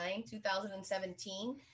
2017